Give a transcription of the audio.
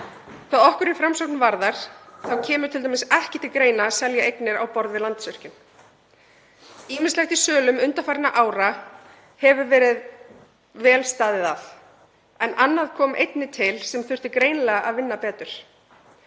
okkur í Framsókn varðar kemur t.d. ekki til greina að selja eignir á borð við Landsvirkjun. Að ýmsu í sölum undanfarinna ára hefur verið vel staðið en annað kom einnig til sem þurfti greinilega að vinna betur.